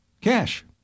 cash